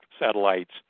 satellites